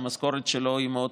שהמשכורת שלו מאוד נמוכה.